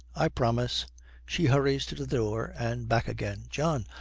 i promise she hurries to the door and back again. john,